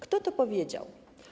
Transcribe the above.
Kto to powiedział?